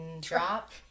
drop